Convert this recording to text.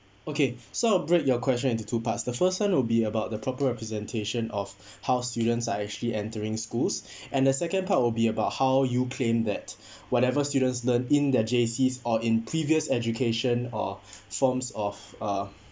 okay so I'll break your question into two parts the first one will be about the proper representation of how students are actually entering schools and the second part will be about how you claim that whatever students learn in their J_Cs or in previous education or forms of uh